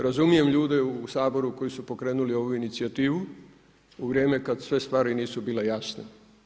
Razumijem ljude u Saboru koji su pokrenuli ovu inicijativu u vrijeme kad sve stvari nisu bile jasne.